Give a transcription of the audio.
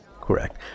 Correct